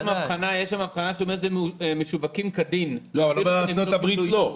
בארצות הברית לא.